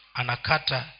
anakata